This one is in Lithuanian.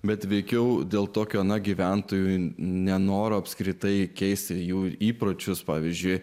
bet veikiau dėl tokio ana gyventojų nenoro apskritai keisti jų įpročius pavyzdžiui